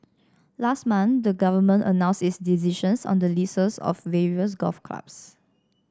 last month the Government announced its decisions on the leases of various golf clubs